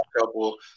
couple